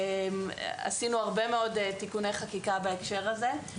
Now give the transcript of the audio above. עשינו הרבה מאוד תיקוני חקיקה בהקשר הזה,